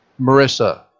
Marissa